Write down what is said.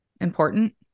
important